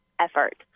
Effort